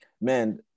Man